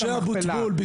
משה אבוטבול,